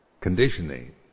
conditioning